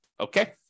Okay